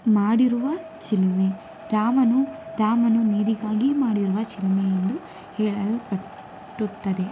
ಮಾಡಿರುವ ಚಿಲುಮೆ ರಾಮನು ರಾಮನು ನೀರಿಗಾಗಿ ಮಾಡಿರುವ ಚಿಲುಮೆ ಎಂದು ಹೇಳಲ್ಪಡುತ್ತದೆ